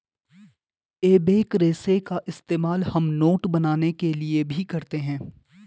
एबेक रेशे का इस्तेमाल हम नोट बनाने के लिए भी करते हैं